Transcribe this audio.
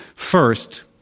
first,